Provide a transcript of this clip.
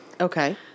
Okay